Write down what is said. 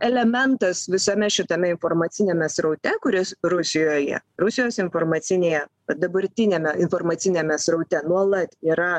elementas visame šitame informaciniame sraute kuris rusijoje rusijos informacinėje dabartiniame informaciniame sraute nuolat yra